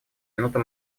минуту